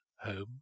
home